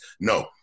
no